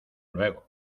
luego